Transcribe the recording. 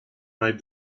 made